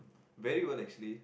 very well actually